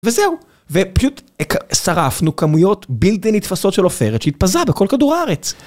וזהו, ופשוט שרפנו כמויות בלתי נתפסות של עופרת שהתפזרה בכל כדור הארץ.